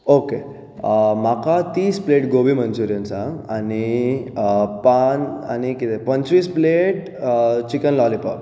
okay म्हाका तीस plate gobi manchurian सांग आनी पान आनी कितें पंचवीस प्लेट चिकन लॉलीपॉप